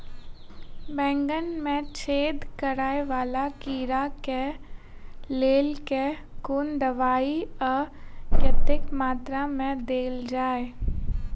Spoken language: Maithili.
बैंगन मे छेद कराए वला कीड़ा केँ लेल केँ कुन दवाई आ कतेक मात्रा मे देल जाए?